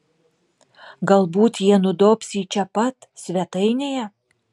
galbūt jie nudobs jį čia pat svetainėje